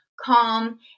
calm